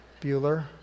Bueller